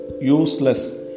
useless